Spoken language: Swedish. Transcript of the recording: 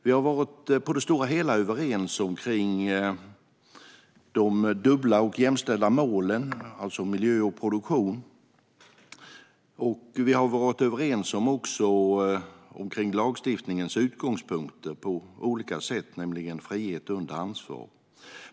Vi har på det stora hela varit överens om de dubbla och jämställda målen, miljö och produktion, och även på olika sätt om lagstiftningens utgångspunkter, nämligen frihet under ansvar.